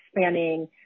spanning